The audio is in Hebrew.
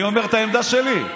אני אומר את העמדה שלי.